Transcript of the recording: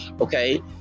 Okay